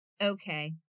Okay